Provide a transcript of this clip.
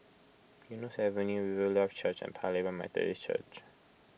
Eunos Avenue Riverlife Church and Paya Lebar Methodist Church